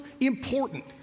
important